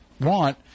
want